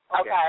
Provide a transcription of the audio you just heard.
Okay